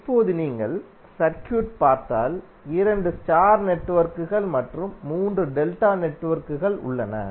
இப்போது நீங்கள் சர்க்யூட் பார்த்தால் 2 ஸ்டார் நெட்வொர்க்குகள் மற்றும் 3 டெல்டா நெட்வொர்க்குகள் உள்ளன